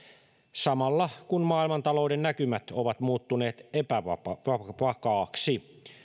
samalla kun maailmantalouden näkymät ovat muuttuneet epävakaiksi